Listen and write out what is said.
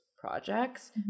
projects